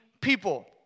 people